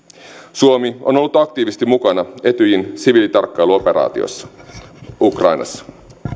suomi on ollut aktiivisesti mukana etyjin siviilitarkkailuoperaatiossa ukrainassa